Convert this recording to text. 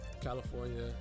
California